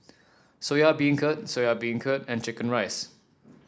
Soya Beancurd Soya Beancurd and chicken rice